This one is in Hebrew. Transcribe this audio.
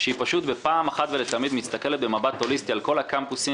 שהיא פשוט פעם אחת ולתמיד מסתכלת במבט הוליסטי על כל הקמפוסים